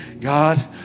God